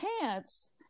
pants